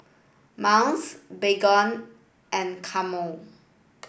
Miles Baygon and Camel